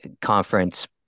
conference